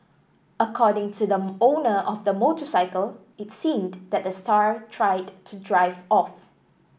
according to the owner of the motorcycle it seemed that the star tried to drive off